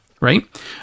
right